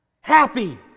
happy